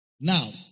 Now